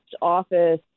office